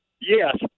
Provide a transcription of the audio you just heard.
Yes